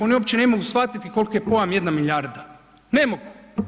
Oni uopće ne mogu shvatiti koliki je pojam jedna milijarda, ne mogu.